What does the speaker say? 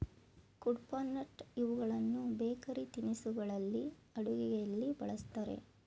ಕುಡ್ಪನಟ್ ಇವುಗಳನ್ನು ಬೇಕರಿ ತಿನಿಸುಗಳಲ್ಲಿ, ಅಡುಗೆಯಲ್ಲಿ ಬಳ್ಸತ್ತರೆ